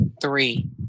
three